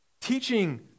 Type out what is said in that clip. teaching